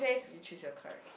you choose your card